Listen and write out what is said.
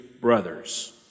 brothers